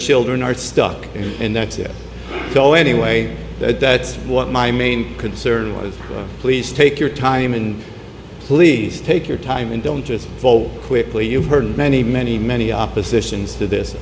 children are stuck in there to go anyway that's what my main concern was please take your time and please take your time and don't just fall quickly you've heard many many many oppositions to this